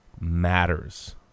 matters